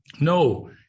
No